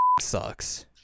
sucks